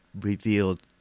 revealed